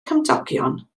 cymdogion